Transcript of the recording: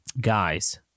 guys